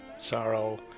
sorrow